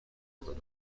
کنم